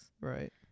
Right